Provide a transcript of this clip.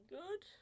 good